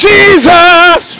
Jesus